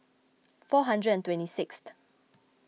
four hundred and twenty sixth